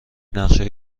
نقشه